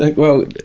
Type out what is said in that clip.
like well,